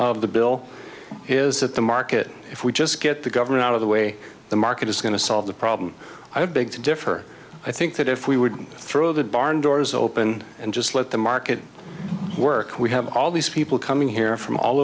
of the bill is that the market if we just get the government out of the way the market is going to solve the problem i have big to differ i think that if we would throw the barn doors open and just let the market work we have all these people coming here from all